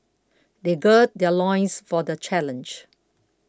they gird their loins for the challenge